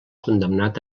condemnat